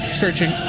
searching